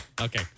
Okay